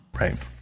Right